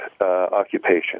occupation